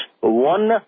one